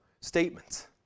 statements